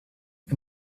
and